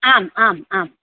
आम् आम् आम्